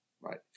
right